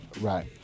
Right